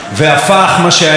אני יכול לספר לך,